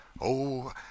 Oh